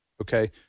okay